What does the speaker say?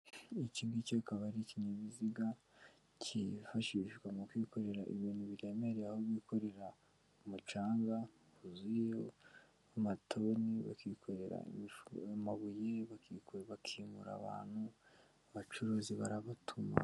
Iki ngiki akaba ari ikinyabiziga cyifashishwa mu kwikorera ibintu biremereye, aho bikorera umucanga wuzuye amatoni, bakikorera amabuye, bakimura abantu, abacuruzi barabatuma...